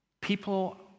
people